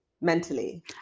mentally